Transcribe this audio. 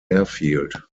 airfield